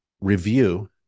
review